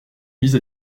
mise